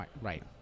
right